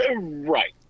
Right